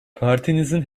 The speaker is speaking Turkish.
partinizin